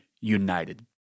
united